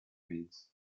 needs